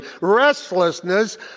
restlessness